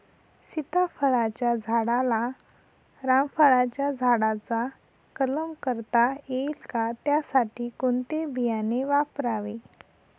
सीताफळाच्या झाडाला रामफळाच्या झाडाचा कलम करता येईल का, त्यासाठी कोणते बियाणे वापरावे?